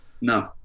no